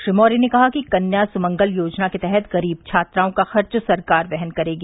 श्री मौर्य ने कहा कि कन्या सुमंगल योजना के तहत ग़रीब छात्राओं का ख़र्च सरकार वहन करेगी